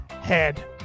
head